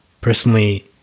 personally